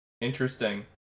interesting